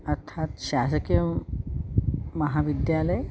अर्थात् शासकीयः महाविद्यालयः